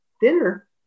dinner